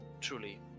truly